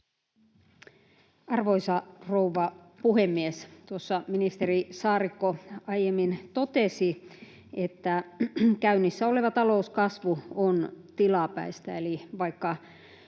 Arvoisa rouva puhemies! Ministeri Saarikko aiemmin totesi, että käynnissä oleva talouskasvu on tilapäistä, eli vaikka